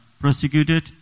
prosecuted